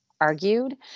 argued